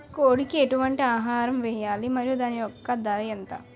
కోడి కి ఎటువంటి ఆహారం వేయాలి? మరియు దాని యెక్క ధర ఎంత?